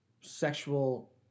sexual